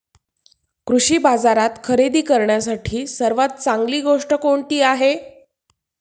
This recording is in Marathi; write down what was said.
कृषी बाजारात खरेदी करण्यासाठी सर्वात चांगली गोष्ट कोणती आहे?